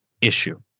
issue